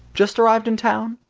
just arrived in town?